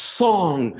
song